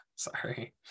Sorry